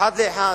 אחת לאחת.